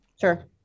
Sure